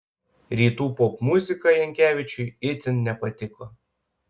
rytų popmuzika jankevičiui itin nepatiko